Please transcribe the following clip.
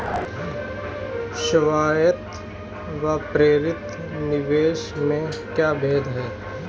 स्वायत्त व प्रेरित निवेश में क्या भेद है?